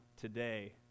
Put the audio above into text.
today